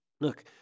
Look